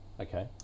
okay